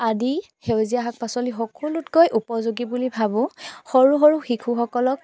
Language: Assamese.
আদি সেউজীয়া শাক পাচলি সকলোতকৈ উপযোগী বুলি ভাবোঁ সৰু সৰু শিশুসকলক